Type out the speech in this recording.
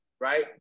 right